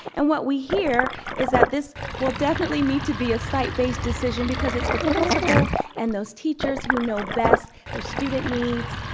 and what we hear is that this will definitely need to be a site based decision because it's the principal and those teachers who know best their student needs,